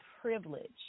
privilege